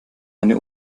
eine